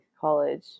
college